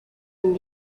and